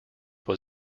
was